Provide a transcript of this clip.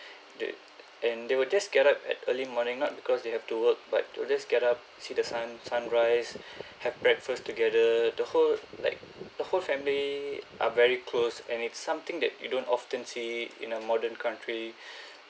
they and they will just get up at early morning not because they have to work like they will just get up see the sun sunrise have breakfast together the whole like the whole family are very close and it's something that you don't often see in a modern country